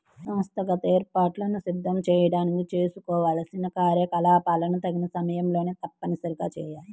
సంస్థాగత ఏర్పాట్లను సిద్ధం చేయడానికి చేసుకోవాల్సిన కార్యకలాపాలను తగిన సమయంలో తప్పనిసరిగా చేయాలి